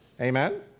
Amen